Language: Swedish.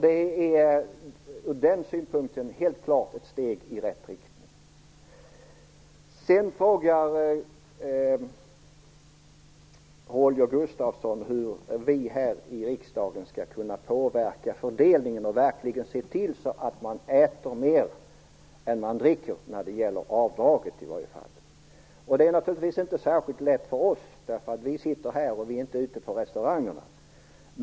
Detta är ur den synpunkten helt klart ett steg i rätt riktning. Holger Gustafsson frågar hur vi här i riksdagen skall kunna påverka fördelningen och verkligen se till att man äter mer än man dricker, i varje fall när det gäller avdraget. Det är naturligtvis inte särskilt lätt för oss, eftersom vi sitter här och inte är ute på restaurangerna.